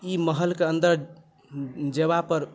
ई महल के अन्दर जएबा पर